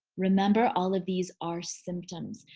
remember, all of these are symptoms.